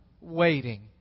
waiting